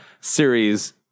series